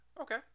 okay